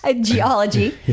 Geology